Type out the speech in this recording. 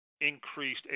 increased